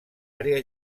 àrea